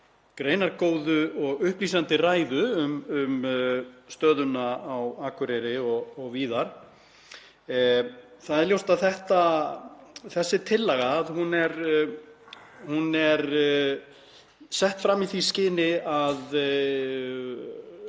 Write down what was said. greinargóðu og upplýsandi ræðu um stöðuna á Akureyri og víðar. Það er ljóst að þessi tillaga er sett fram í því skyni að